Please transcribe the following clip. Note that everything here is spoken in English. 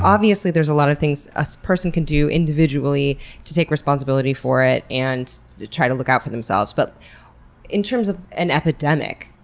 obviously there's a lot of things a person can do individually to take responsibility for it and to try and look out for themselves, but in terms of an epidemic,